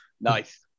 Nice